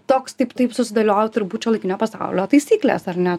toks taip taip susidėliojo turbūt šiuolaikinio pasaulio taisyklės ar ne